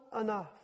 enough